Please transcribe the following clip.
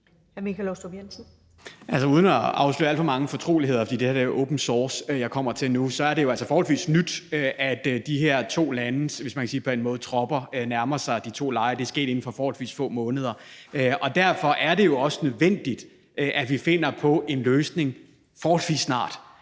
Michael Aastrup Jensen (V): Uden at afsløre alt for mange fortroligheder, for det, jeg kommer til nu, er open source, er det jo altså forholdsvis nyt, at de her to landes tropper, hvis man kan sige det på den måde, nærmer sig de to lejre. Det er sket inden for forholdsvis få måneder, og derfor er det jo også nødvendigt, at vi finder på en løsning forholdsvis snart,